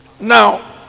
Now